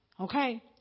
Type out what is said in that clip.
okay